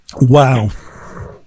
Wow